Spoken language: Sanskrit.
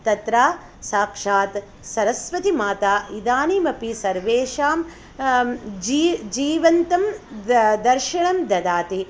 तत्र साक्षात् सरस्वतीमाता इदानीमपि सर्वेषां जीवन्तं दर्शनं ददाति